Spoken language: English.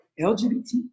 LGBT